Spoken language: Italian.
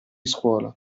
scuola